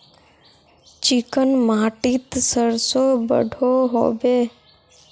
Chicken माटित सरसों बढ़ो होबे?